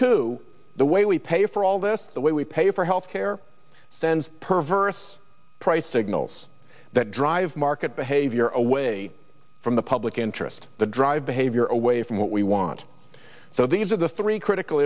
to the way we pay for all this the way we pay for health care sends perverse price signals that drive market behavior away from the public interest the drive behavior away from what we want so these are the three critical